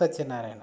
Satyanarayana